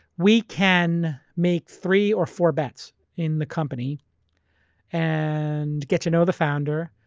we can make three or four bets in the company and get to know the founder.